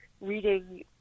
reading